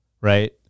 right